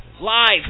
Live